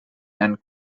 and